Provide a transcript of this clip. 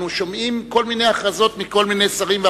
אנחנו שומעים כל מיני הכרזות מכל מיני שרים,